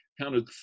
counted